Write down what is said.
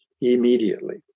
immediately